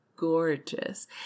Gorgeous